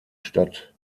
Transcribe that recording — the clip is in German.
stadt